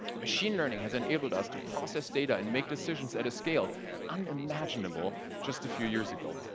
machine learning has enabled us to process data and make decisions at a scale unimaginable just a few years ago.